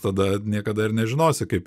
tada niekada ir nežinosi kaip